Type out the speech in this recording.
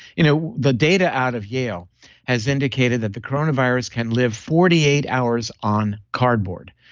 you know the data out of yale has indicated that the coronavirus can live forty eight hours on cardboard.